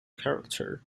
character